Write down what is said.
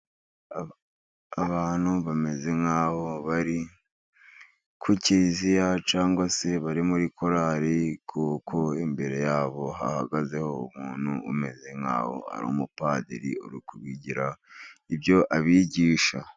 Abantu bameze nk'aho bari ku kiliziya cyangwa se bari muri korari, kuko imbere yabo hahagazeho umuntu umeze nk'aho ari umupadiri uri kugira ibyo abigisha.